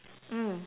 mm